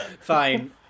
Fine